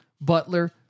Butler